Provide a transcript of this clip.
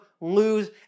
lose